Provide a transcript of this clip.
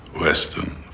Western